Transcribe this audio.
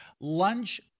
lunch